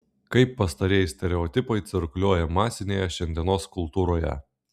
kaip pastarieji stereotipai cirkuliuoja masinėje šiandienos kultūroje